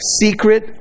Secret